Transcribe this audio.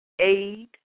aid